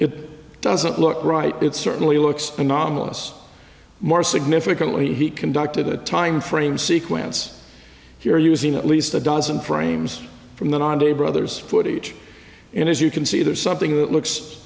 it doesn't look right it certainly looks anomalous more significantly he conducted a time frame sequence here using at least a dozen frames from that on day brother's footage and as you can see there's something that looks